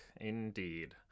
indeed